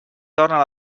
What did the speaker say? tornen